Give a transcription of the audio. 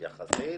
יחסית?